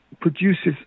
produces